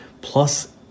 Plus